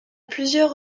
plusieurs